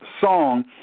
song